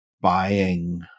buying